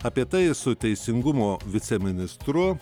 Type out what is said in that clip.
apie tai su teisingumo viceministru